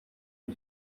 ngo